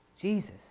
Jesus